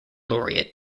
laureate